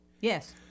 Yes